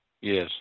Yes